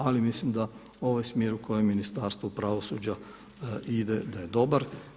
Ali mislim da ovaj smjer u kojem Ministarstvo pravosuđa ide da je dobar.